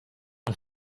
een